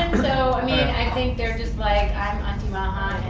so, i mean, i think they're just, like, i'm auntie maha,